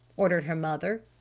ordered her mother.